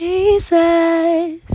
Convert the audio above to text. Jesus